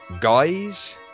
guys